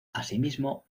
asimismo